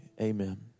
amen